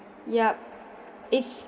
yup it's